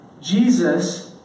Jesus